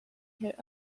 her